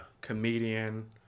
Comedian